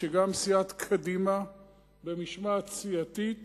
שגם סיעת קדימה במשמעת סיעתית